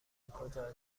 کجا